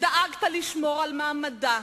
שדאגת לשמור על מעמדה